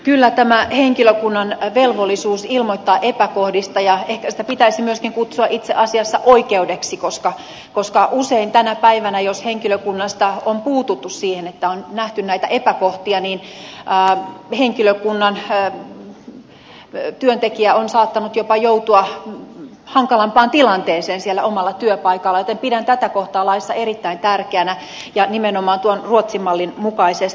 kyllä pidän tätä henkilökunnan velvollisuutta ilmoittaa epäkohdista ja ehkä sitä pitäisi myöskin kutsua itse asiassa oikeudeksi koska usein tänä päivänä jos henkilökunnasta on puututtu siihen kun on nähty näitä epäkohtia työntekijä on saattanut jopa joutua hankalampaan tilanteeseen siellä omalla työpaikallaan kyllä pidän tätä kohtaa laissa erittäin tärkeänä ja nimenomaan tuon ruotsin mallin mukaisesti